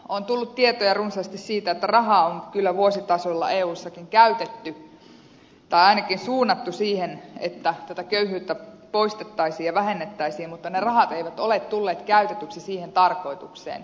on tullut tietoja runsaasti siitä että rahaa on kyllä vuositasolla eussakin käytetty tai ainakin suunnattu siihen että tätä köyhyyttä poistettaisiin ja vähennettäisiin mutta ne rahat eivät ole tulleet käytetyksi siihen tarkoitukseen